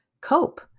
cope